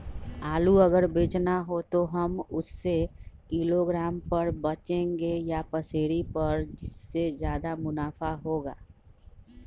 आलू अगर बेचना हो तो हम उससे किलोग्राम पर बचेंगे या पसेरी पर जिससे ज्यादा मुनाफा होगा?